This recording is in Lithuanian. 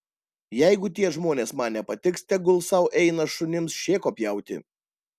jeigu tie žmonės man nepatiks tegul sau eina šunims šėko pjauti